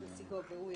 יהיה